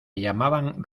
llamaban